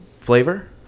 flavor